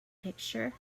picture